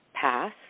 pass